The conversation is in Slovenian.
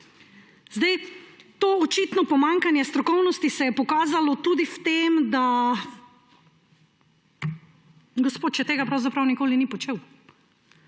Konec. Očitno pomanjkanje strokovnosti se je pokazalo tudi v tem, da gospod še tega pravzaprav nikoli ni počel.